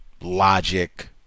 logic